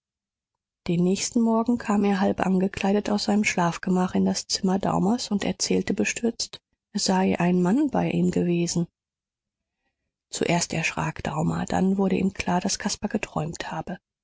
den nächsten morgen kam er halbangekleidet aus seinem schlafgemach in das zimmer daumers und erzählte bestürzt es sei ein mann bei ihm gewesen zuerst erschrak daumer dann wurde ihm klar daß caspar geträumt habe